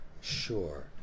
sure